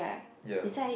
ya